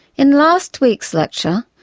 in last week's lecture,